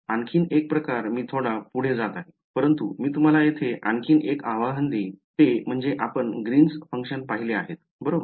आणखी एक प्रकार मी थोडा पुढे जात आहे परंतु मी तुम्हाला येथे आणखी एक आव्हान देईन ते म्हणजे आपण ग्रीन्स function पाहिले आहेत बरोबर